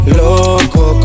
loco